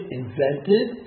invented